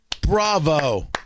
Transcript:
bravo